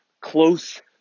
close